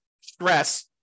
stress